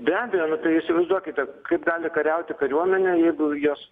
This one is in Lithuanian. be abejo nu tai įsivaizduokite kaip gali kariauti kariuomenė jeigu jos